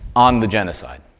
on the genocide.